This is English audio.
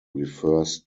refers